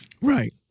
Right